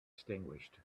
extinguished